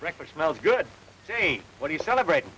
record smells good day what do you celebrate